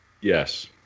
yes